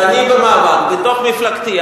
ואני במאבק, בתוך מפלגתי.